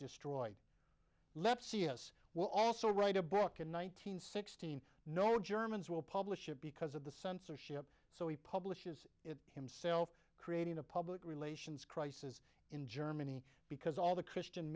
destroyed lepsius will also write a book in one nine hundred sixteen no germans will publish it because of the censorship so he publishes it himself creating a public relations crisis in germany because all the christian